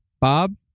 Bob